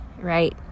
right